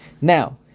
Now